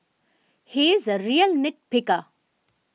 he is a real nit picker